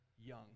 young